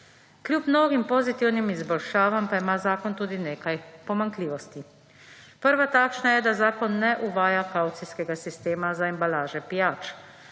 Kljub mnogim pozitivnim izboljšavam pa ima zakon tudi nekaj pomanjkljivosti. Prva takšna je, da zakon ne uvaja kavcijskega sistema za embalaže pijač.